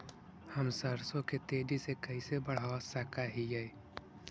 हम सरसों के तेजी से कैसे बढ़ा सक हिय?